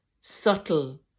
subtle